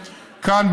כאן,